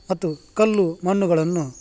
ಮತ್ತು ಕಲ್ಲು ಮಣ್ಣುಗಳನ್ನು